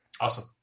Awesome